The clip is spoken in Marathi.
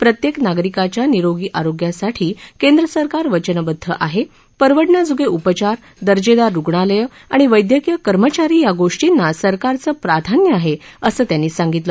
प्रत्येक नागरिकांच्या निरोगी आरोग्यासाठी केंद्रसरकार वचनबद्ध आहे परवडण्याजोगे उपचार दर्जेदार रुग्णालयं आणि वैद्यकीय कर्मचारी या गोष्टींना सरकारचं प्राधान्य आहे असं त्यांनी सांगितलं